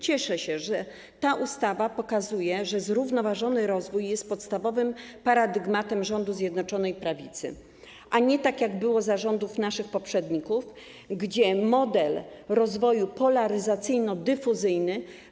Cieszę się, że ta ustawa pokazuje, że zrównoważony rozwój jest podstawowym paradygmatem rządu Zjednoczonej Prawicy, a nie tak jak było za rządów naszych poprzedników, gdzie model rozwoju polaryzacyjno-dyfuzyjny.